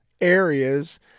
areas